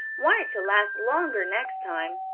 want it to last longer next time.